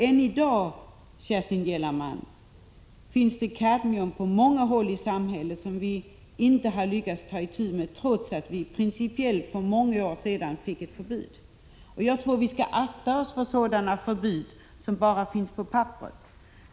Än i dag, Kerstin Gellerman, finns det kadmium på många håll i samhället. Detta har vi inte lyckats ta itu med, trots att vi för många år sedan fick ett principiellt förbud mot kadmium. Jag tror att vi skall akta oss för sådana förbud som bara finns på papperet.